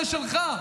זה שלך.